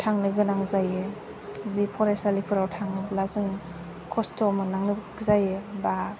थांनो गोनां जायो जि फरायसालिफोराव थाङोब्ला जोङो खस्थ' मोननांगौ जायो बा